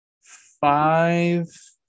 five